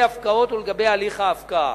לגבי הפקעות ולגבי הליך ההפקעה.